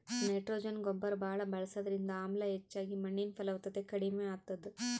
nitrogen ಗೊಬ್ಬರ್ ಭಾಳ್ ಬಳಸದ್ರಿಂದ ಆಮ್ಲ ಹೆಚ್ಚಾಗಿ ಮಣ್ಣಿನ್ ಫಲವತ್ತತೆ ಕಡಿಮ್ ಆತದ್